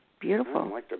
Beautiful